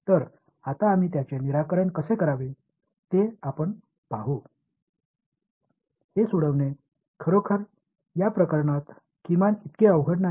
तर आता आम्ही त्याचे निराकरण कसे करावे ते आपण पाहू हे सोडवणे खरोखर या प्रकरणात किमान इतके अवघड नाही